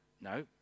No